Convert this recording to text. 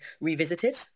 revisited